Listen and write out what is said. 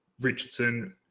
Richardson